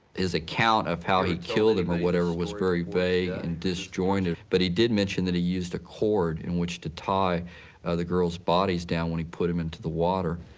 his account of how he killed them or whatever was very vague and disjointed. but he did mention that he used a cord in which to tie the girls' bodies down when he put them into the water.